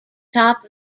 top